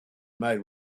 might